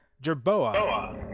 Jerboa